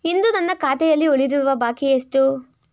ಇಂದು ನನ್ನ ಖಾತೆಯಲ್ಲಿ ಉಳಿದಿರುವ ಬಾಕಿ ಎಷ್ಟು?